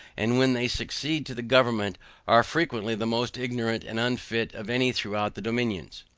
and when they succeed to the government are frequently the most ignorant and unfit of any throughout the dominions.